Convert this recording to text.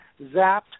zapped